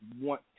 want